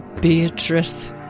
Beatrice